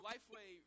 LifeWay